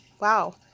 wow